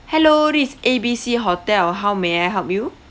hello this is A B C hotel how may I help you